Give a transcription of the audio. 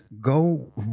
go